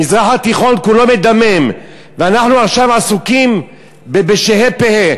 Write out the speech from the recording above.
המזרח התיכון כולו מדמם ואנחנו עכשיו עסוקים בשה"י פה"י.